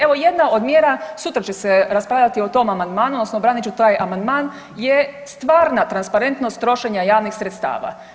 Evo jedna od mjera sutra će se raspravljati o tom amandmanu odnosno branit ću taj amandman je stvarna transparentnost trošenja javnih sredstava.